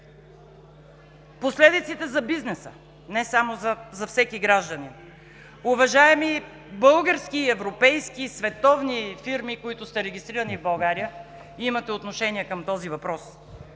Последиците за бизнеса не само за всеки гражданин. Уважаеми български, европейски и световни фирми, които сте регистрирани в България и имате отношение към този въпрос.